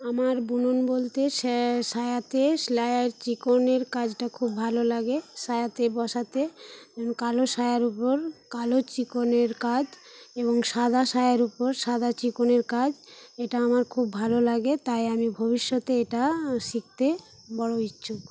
আমার বুনন বলতে সে সায়াতে সায়ায় চিকনের কাজটা খুব ভালো লাগে সায়াতে বসাতে কালো সায়ার উপর কালো চিকনের কাজ এবং সাদা সায়ার উপর সাদা চিকনের কাজ এটা আমার খুব ভালো লাগে তাই আমি ভবিষ্যতে এটা শিখতে বড় ইচ্ছুক